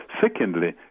Secondly